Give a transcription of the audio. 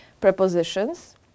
prepositions